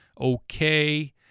okay